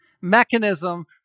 mechanism